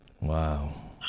Wow